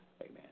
amen